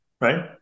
right